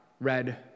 red